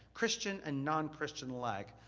christian and non-christian alike,